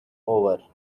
over